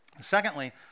Secondly